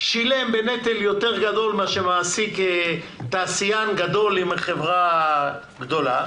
שילם בנטל יותר גדול לעומת תעשיין גדול עם חברה גדולה.